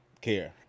care